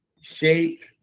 Shake